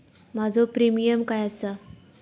माझो प्रीमियम काय आसा?